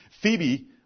Phoebe